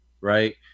Right